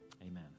Amen